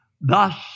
Thus